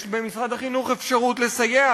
יש במשרד החינוך אפשרות לסייע,